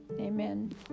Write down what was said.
amen